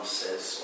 says